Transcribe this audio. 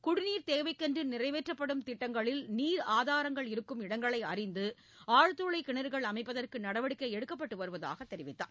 குடிநீர் தேவைக்கென்று நிறைவேற்றப்படும் திட்டங்களில் நீர் ஆதாரங்கள் இருக்கும் இடங்களை அறிந்து ஆழ்துளை கிணறுகள் அமைப்பதற்கு நடவடிக்கை எடுக்கப்பட்டு வருவதாகத் தெரிவித்தார்